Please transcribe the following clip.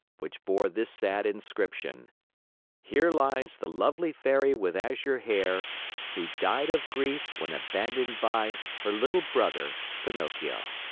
which bore this sad inscription here lies the lovely fairy with azure hair who died of grief when abandoned by her little brother pinocchio